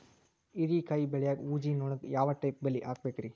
ಹೇರಿಕಾಯಿ ಬೆಳಿಯಾಗ ಊಜಿ ನೋಣಕ್ಕ ಯಾವ ಟೈಪ್ ಬಲಿ ಹಾಕಬೇಕ್ರಿ?